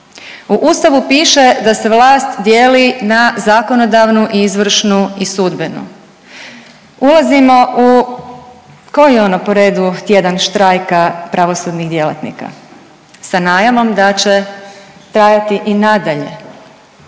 U Ustavu piše da se vlast dijeli na zakonodavnu, izvršnu i sudbenu. Ulazimo u koji ono po redu tjedan štrajka pravosudnih djelatnika, sa najavom da će trajati i nadalje?